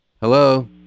Hello